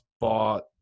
bought